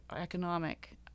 economic